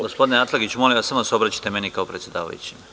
Gospodine Atlagiću, molim vas da se obraćate meni kao predsedavajućem.